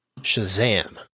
Shazam